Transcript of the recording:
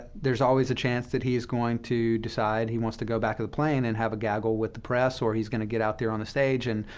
there's always a chance that he is going to decide he wants to go back to the plane and have a gaggle with the press, or he's going to get out there on the stage and,